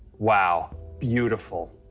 wow. beautiful.